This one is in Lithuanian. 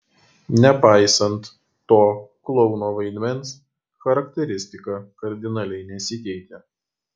nepaisant to klouno vaidmens charakteristika kardinaliai nesikeitė